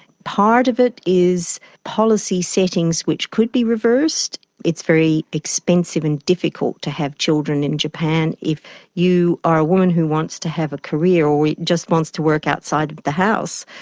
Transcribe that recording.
part of it is policy settings which could be reversed. it's very expensive and difficult to have children in japan. if you are a woman who wants to have a career or just wants to work outside of the house,